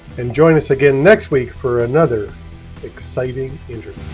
and join us again next week for another exciting injury.